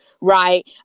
Right